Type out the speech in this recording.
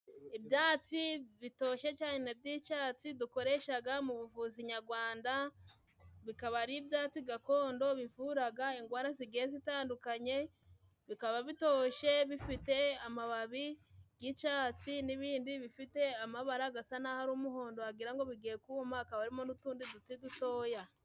Ibyatsi bitoshye cyane by'icyatsi dukoreshaga mu buvuzi nyagwanda. Bikaba ari ibyatsi gakondo bivuraga ingwara zigiye zitandukanye, bikaba bitoshye, bifite amababi g'icyatsi n'ibindi bifite amabara gasa n'aho ari umuhondo wagira ngo bigiye kuma hakaba harimo n'utundi duti dutoya.